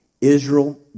Israel